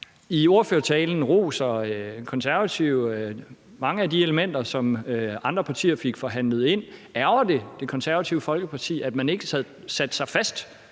I ordførertalen roser Konservative mange af de elementer, som andre partier fik forhandlet ind. Ærgrer det Det Konservative Folkeparti, at man ikke satte sig fast